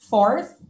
Fourth